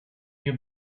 you